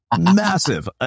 massive